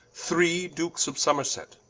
three dukes of somerset,